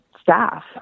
staff